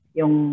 yung